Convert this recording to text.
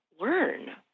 learn